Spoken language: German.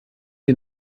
sie